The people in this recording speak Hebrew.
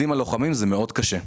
בגדודים הלוחמים זה מאוד קשה.